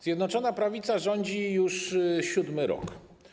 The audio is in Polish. Zjednoczona Prawica rządzi już 7. rok.